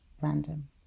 random